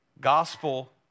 gospel